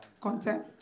content